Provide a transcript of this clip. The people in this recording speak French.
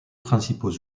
principaux